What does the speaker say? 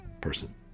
person